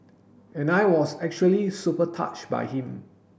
and I was actually super touched by him